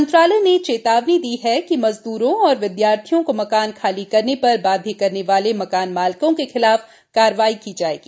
मंत्रालय ने चेतावनी दी है कि मजदूरों और विद्यार्थियों को मकान खाली करने पर बाध्य करने वाले मकान मालिकों के खिलाफ कार्रवाई की जाएगी